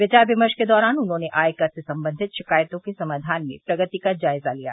विचार विमर्श के दौरान उन्हॉने आयकर से संबंधित शिकायतों के समाधान में प्रगति का जायजा लिया